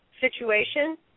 situation